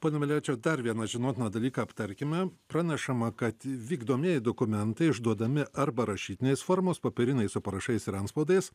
pone milevičiau dar vieną žinotiną dalyką aptarkime pranešama kad vykdomieji dokumentai išduodami arba rašytinės formos popieriniai su parašais ir antspaudais